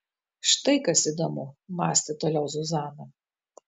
štai kas įdomu mąstė toliau zuzana